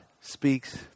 speaks